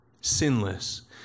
sinless